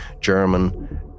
German